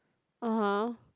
(uh huh)